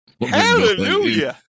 Hallelujah